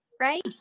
right